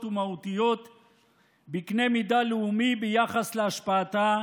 ומהותיות בקנה מידה לאומי ביחס להשפעתה